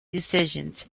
decisions